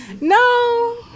No